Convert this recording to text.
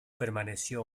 permaneció